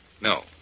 No